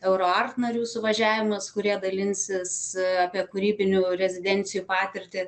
euro art narių suvažiavimas kurie dalinsis apie kūrybinių rezidencijų patirtį